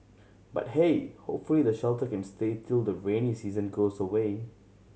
but hey hopefully the shelter can stay till the rainy season goes away